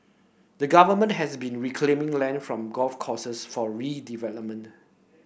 the Government has been reclaiming land from golf courses for redevelopment